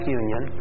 union